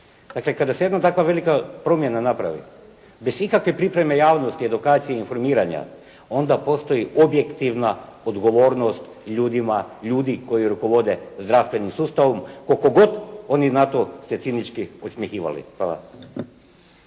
Dakle, kada se jedna takva velika promjena napravi, bez ikakve pripreme javnosti, edukacije i informiranja, onda postoji objektivna odgovornost ljudi koji rukovode zdravstvenim sustavom koliko god oni na to se cinički podsmjehivali.